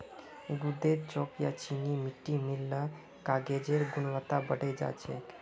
गूदेत चॉक या चीनी मिट्टी मिल ल कागजेर गुणवत्ता बढ़े जा छेक